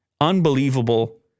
unbelievable